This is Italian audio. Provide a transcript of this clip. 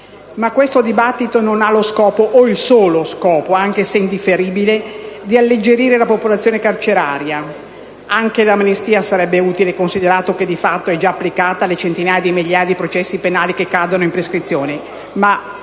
Ma questo dibattito non ha lo scopo, o il solo scopo, anche se indifferibile, di alleggerire la popolazione carceraria (anche l'amnistia sarebbe utile, considerato che di fatto è già applicata alle centinaia di migliaia di processi penali che cadono in prescrizione).